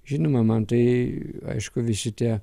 žinoma man tai aišku visi tie